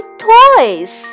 toys